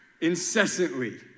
incessantly